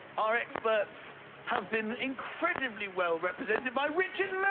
our experts have been incredibly well represented by richard